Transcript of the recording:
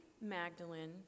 Magdalene